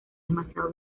demasiado